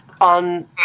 on